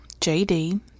JD